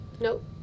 Nope